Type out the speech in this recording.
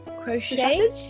Crocheted